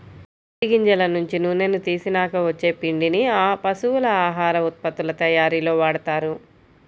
పత్తి గింజల నుంచి నూనెని తీసినాక వచ్చే పిండిని పశువుల ఆహార ఉత్పత్తుల తయ్యారీలో వాడతారు